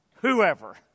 whoever